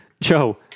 Joe